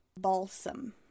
Balsam